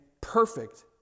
perfect